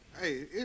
Hey